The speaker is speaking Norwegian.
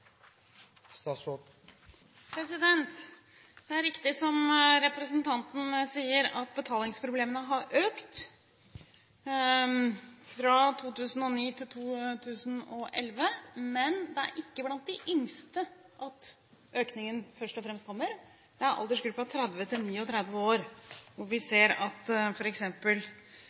dette?» Det er riktig som representanten sier, at betalingsproblemene har økt fra 2009 til 2011, men det er ikke først og fremst blant de yngste økningen kommer – det er i aldersgruppen 30–39 år vi ser at